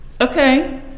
Okay